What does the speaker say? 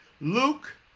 Luke